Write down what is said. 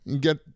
get